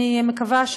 אני מקווה,